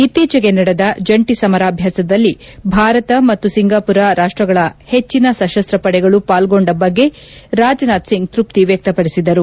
ಇಕ್ಷೀಚೆಗೆ ನಡೆದ ಜಂಟಿ ಸಮರಾಭ್ನಾಸದಲ್ಲಿ ಭಾರತ ಮತ್ತು ಸಿಂಗಾಮರ ರಾಷ್ಷಗಳ ಹೆಚ್ಚಿನ ಸಶಸ್ಸಪಡೆಗಳು ಪಾಲ್ಗೊಂಡ ಬಗ್ಗೆ ರಾಜನಾಥ್ ಸಿಂಗ್ ತ್ಯಪ್ತಿ ವ್ಯಕ್ತಪಡಿಸಿದರು